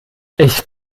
ich